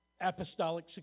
Apostolic